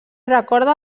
recorda